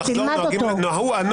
אתה רוצה לסלק אותי לתמיד, רוטמן?